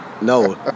No